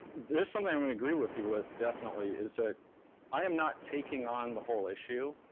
there's something i'm gonna agree with you with, definitely, is that i am not taking on the whole issue.